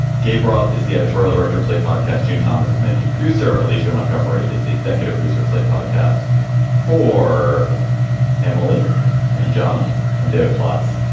gabe roth is the editorial director of slate podcast, june thomas as managing producer. alicia montgomery is the executive producer of slate podcasts for emily and john i'm david plotz.